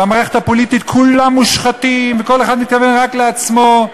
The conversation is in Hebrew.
ושבמערכת הפוליטית כולם מושחתים וכל אחד מתכוון רק לעצמו,